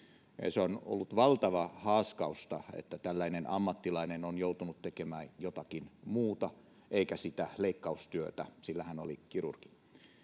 se on ollut valtavaa haaskausta että tällainen ammattilainen on joutunut tekemään jotakin muuta eikä sitä leikkaustyötä sillä hän oli kirurgi